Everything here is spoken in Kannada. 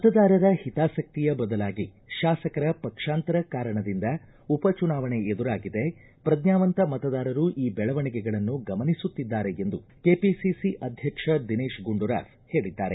ಮತದಾರರ ಹಿತಾಸಕ್ತಿಯ ಬದಲಾಗಿ ಶಾಸಕರ ಪಕ್ಷಾಂತರ ಕಾರಣದಿಂದ ಉಪ ಚುನಾವಣೆ ಎದುರಾಗಿದೆ ಪ್ರಜ್ಙಾವಂತ ಮತದಾರರು ಈ ಬೆಳವಣಿಗೆಗಳನ್ನು ಗಮನಿಸುತ್ತಿದ್ದಾರೆ ಎಂದು ಕೆಒಸಿಸಿ ಅಧ್ಯಕ್ಷ ದಿನೇತ ಗುಂಡೂರಾವ್ ಹೇಳದ್ದಾರೆ